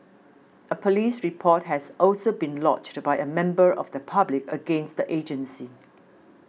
a police report has also been lodged by a member of the public against the agency